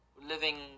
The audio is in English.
living